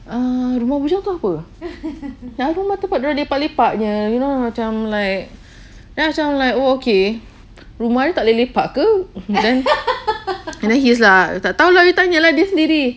uh rumah bujang tu apa rumah tempat dorang lepak-lepaknya you know macam like macam like okay rumah dia tak boleh lepak ke and then he's like tak tahu lah you tanya dia sendiri